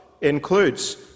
includes